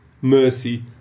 mercy